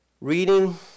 Reading